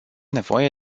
nevoie